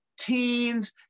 teens